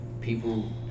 people